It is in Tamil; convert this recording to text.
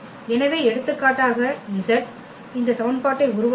எனவே எடுத்துக்காட்டாக z இந்த சமன்பாட்டை உருவாக்குகிறது